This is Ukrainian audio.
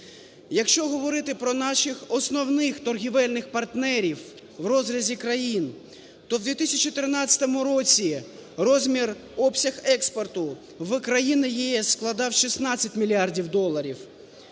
Якщо говорити про наших основних торгівельних партнерів у розрізі країн, то у 2013 році розмір, обсяг експорту в країни ЄС складав 16 мільярдів доларів,